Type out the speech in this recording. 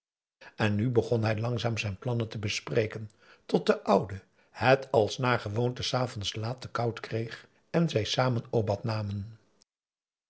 en nu begon hij langzaam zijn plannen te bespreken tot de oude het als naar gewoonte s avonds laat te koud kreeg en zij samen obat namen